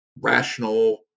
rational